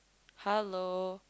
hello